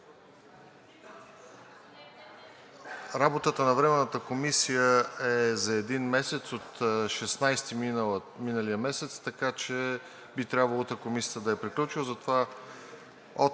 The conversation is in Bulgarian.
Работата на Временната комисия е за един месец – от 16-ти миналия месец, така че би трябвало утре Комисията да е приключила.